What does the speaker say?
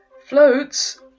Floats